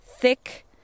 thick